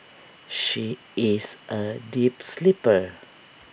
she is A deep sleeper